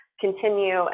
continue